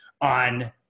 on